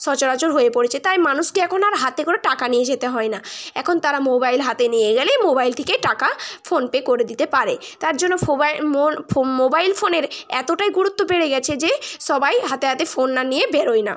সচরাচর হয়ে পড়েছে তাই মানুষকে এখন আর হাতে করে টাকা নিয়ে যেতে হয় না এখন তারা মোবাইল হাতে নিয়ে গেলেই মোবাইলের থেকে টাকা ফোনপে করে দিতে পারে তার জন্য মোবাইল ফোনের এতটাই গুরুত্ব বেড়ে গিয়েছে যে সবাই হাতে হাতে ফোন না নিয়ে বেরোয় না